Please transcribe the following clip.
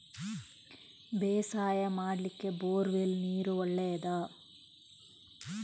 ಬೇಸಾಯ ಮಾಡ್ಲಿಕ್ಕೆ bore well ನೀರು ಒಳ್ಳೆಯದಾ?